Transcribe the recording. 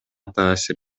таасир